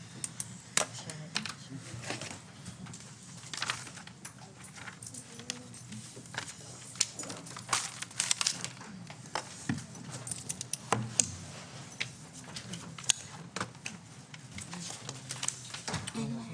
הישיבה ננעלה בשעה 15:14.